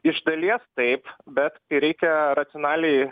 iš dalies taip bet kai reikia racionaliai